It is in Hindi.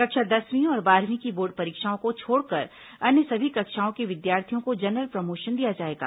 कक्षा दसवीं और बारहवीं की बोर्ड परीक्षाओं को छोड़कर अन्य सभी कक्षाओं के विद्यार्थियों को जनरल प्रमोशन दिया जाएगा